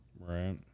Right